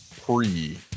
pre